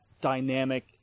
dynamic